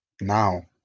now